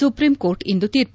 supreme court ಇಂದು ತೀರ್ಪು